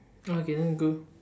okay then go